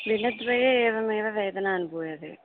दिनद्वये एवमेव वेदना अनुभूयते